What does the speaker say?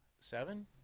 seven